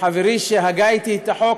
לחברי שהגה אתי את החוק,